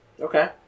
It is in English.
Okay